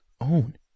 own